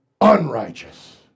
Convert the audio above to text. unrighteous